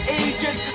ages